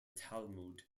talmud